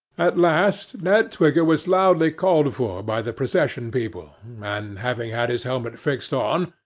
at last ned twigger was loudly called for, by the procession people and, having had his helmet fixed on,